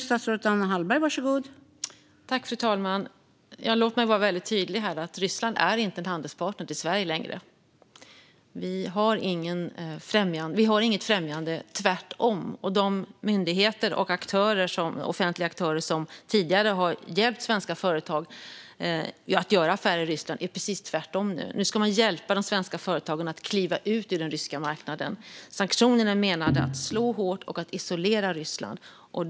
Fru talman! Låt mig vara tydlig. Ryssland är inte längre en handelspartner till Sverige. Vi har inget främjande - tvärtom. De myndigheter och offentliga aktörer som tidigare har hjälpt svenska företag att göra affärer i Ryssland gör nu precis tvärtom. De ska nu hjälpa de svenska företagen att kliva ut ur den ryska marknaden. Sanktionerna är menade att slå hårt och att isolera Ryssland.